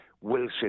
Wilson